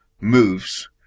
moves